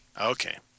Okay